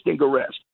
arrest